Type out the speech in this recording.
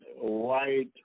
white